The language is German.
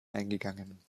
eingegangen